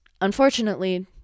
unfortunately